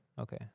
Okay